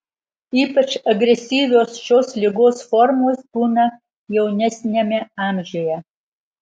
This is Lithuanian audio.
ypač agresyvios šios ligos formos būna jaunesniame amžiuje